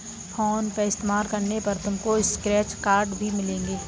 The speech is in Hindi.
फोन पे इस्तेमाल करने पर तुमको स्क्रैच कार्ड्स भी मिलेंगे